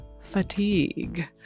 fatigue